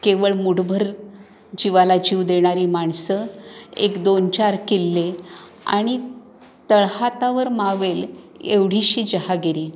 केवळ मूठभर जिवाला जीव देणारी माणसं एक दोन चार किल्ले आणि तळहातावर मावेल एवढीशी जहागिरी